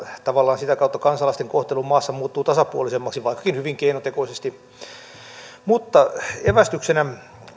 tavallaan sitä kautta kansalaisten kohtelu maassa muuttuu tasapuolisemmaksi vaikkakin hyvin keinotekoisesti mutta evästyksenä